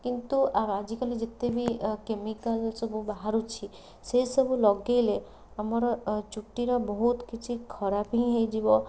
କିନ୍ତୁ ଆଜିକାଲି ଯେତେବି କେମିକାଲ ସବୁ ବାହାରୁଛି ସେଇସବୁ ଲଗାଇଲେ ଆମର ଚୁଟିର ବହୁତ କିଛି ଖରାପ ହିଁ ହୋଇଯିବ